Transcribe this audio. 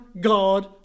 God